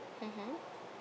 mmhmm